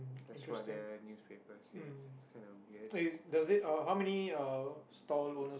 that's what the newspaper says it's kinda weird